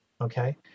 okay